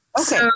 Okay